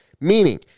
meaning